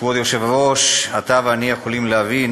כבוד היושב-ראש, אתה ואני יכולים להבין